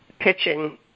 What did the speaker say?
pitching